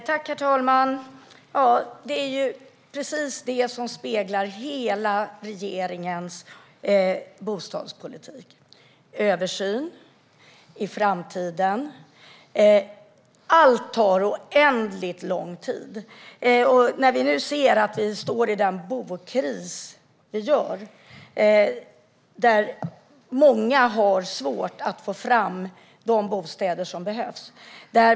Herr talman! Det är precis det som speglar regeringens hela bostadspolitik: översyn och i framtiden. Allt tar oändligt lång tid. Vi befinner oss i en bostadskris där många har svårt att få fram de bostäder som behövs.